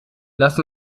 lass